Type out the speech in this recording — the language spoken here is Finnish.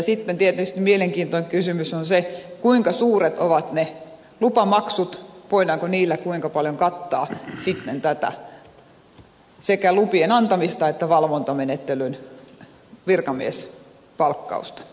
sitten tietysti mielenkiintoinen kysymys on se kuinka suuret ovat ne lupamaksut voidaanko niillä kuinka paljon kattaa sitten tätä sekä lupien antamista että valvontamenettelyn virkamiespalkkausta